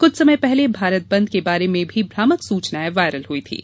कुछ समय पहले भारत बंद के बारे में भी भ्रामक सूचनाएँ वायरल हुई थीं